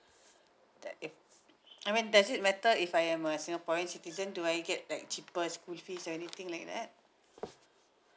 that if I mean does it matter if I am a singaporean citizen do I get like cheaper school fees or anything like that